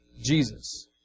Jesus